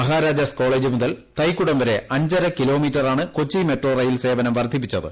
Maharajas college മുതൽ തൈക്കൂടം വരെ അഞ്ചരക്കിലോമീറ്ററാണ് കൊച്ചി മെട്രോ റെയിൽ സേവനം വർധിപ്പിച്ചത്